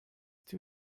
too